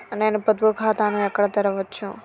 నేను పొదుపు ఖాతాను ఎక్కడ తెరవచ్చు?